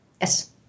Yes